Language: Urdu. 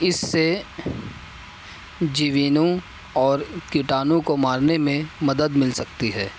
اس سے جیوینوں اور کٹانوں کو مارنے میں مدد مل سکتی ہے